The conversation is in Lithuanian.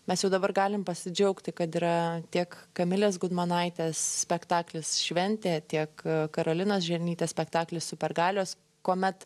mes jau dabar galim pasidžiaugti kad yra tiek kamilės gudmonaitės spektaklis šventė tiek karolinos žernytės spektaklis supergalios kuomet